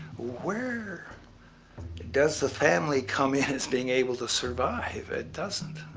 where does the family come in as being able to survive? it doesn't.